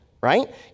right